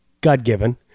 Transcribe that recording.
God-given